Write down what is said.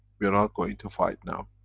we are not going to fight now.